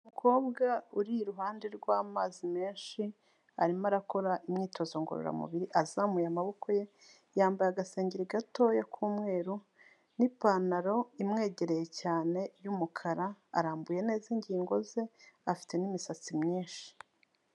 Umukobwa uri iruhande rw'amazi menshi, arimo arakora imyitozo ngororamubiri azamuye amaboko ye, yambaye agasengeri gatoya k'umweru n'ipantaro imwegereye cyane y'umukara, arambuye neza ingingo ze, afite n'imisatsi myinshi.